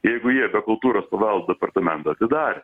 jeigu jie be kultūros paveldo departamento atidarė